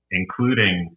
including